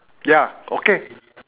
ya okay